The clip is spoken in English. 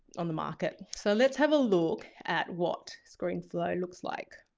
on the market. so let's have a look at what screenflow looks like.